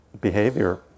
behavior